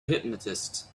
hypnotist